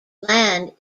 land